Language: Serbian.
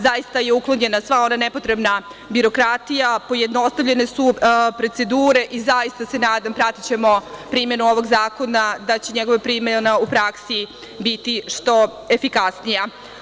Zaista je uklonjena sva ona nepotrebna birokratija, pojednostavljene su procedure i zaista se nadam, pratićemo primenu ovog zakona, da će njegova primena u praksi biti što efikasnija.